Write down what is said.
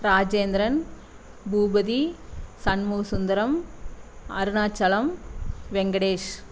Rajendran Bhupathi Shanmuga Sundaram Arunachalam Venkatesh